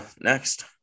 next